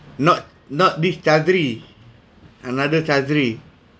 not not this chadri another chadri